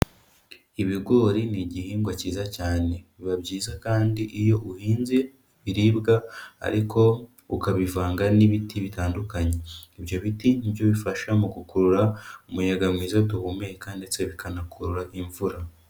Ibigori ni igihingwa cyiza cyane. Biba byiza kandi iyo uhinze ibiribwa ariko ukabivanga n'ibiti bitandukanye. Ibyo biti ni byo bifasha mu gukurura umuyaga mwiza duhumeka ndetse bikanakurura imvura.